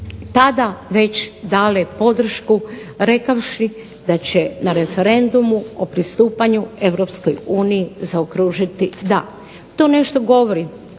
tada već dale podršku rekavši da će na referendumu o pristupanju Europskoj uniji zaokružiti da. To nešto govori,